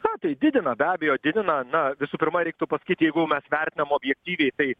na tai didina be abejo didina na visų pirma reiktų pasakyt jeigu mes vertinam objektyviai tai